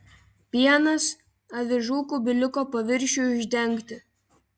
pienas avižų kubiliuko paviršiui uždengti